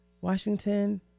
Washington